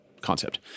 concept